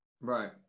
Right